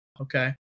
okay